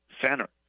center